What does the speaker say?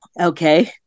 okay